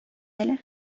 әле